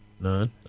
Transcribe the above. None